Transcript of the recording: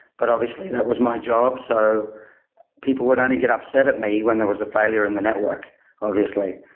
but obviously, that was my job. so people would only get upset at me when there was a failure in the network obviously.